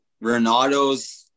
Renato's